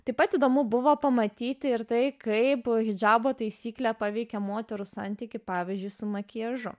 taip pat įdomu buvo pamatyti ir tai kaip hidžabo taisyklę paveikia moterų santykį pavyzdžiui su makiažu